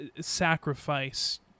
sacrifice